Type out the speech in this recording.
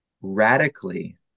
radically